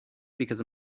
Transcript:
because